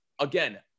Again